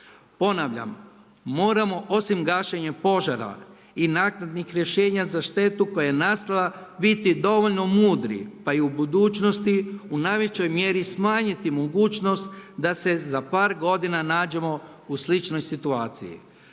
Ponavljam, moramo osim gašenja požara i naknadnih rješenja za štetu koja je nastala biti dovoljno mudri pa i u budućnosti u najvećoj mjeri smanjiti mogućnost da se za par godina nađemo u sličnoj situaciji.